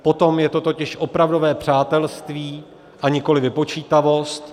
Potom je to totiž opravdové přátelství, a nikoli vypočítavost.